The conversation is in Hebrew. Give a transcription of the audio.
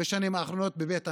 בשנים האחרונות בבית המשפט,